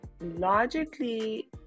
logically